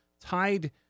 tied